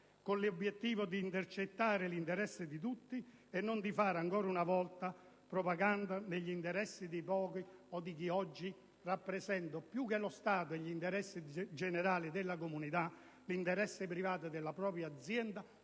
con l'obiettivo di intercettare l'interesse di tutti e non di fare, ancora una volta, propaganda agli interessi di pochi o di chi oggi rappresenta, più che lo Stato e gli interessi generali della comunità, l'interesse privato della propria azienda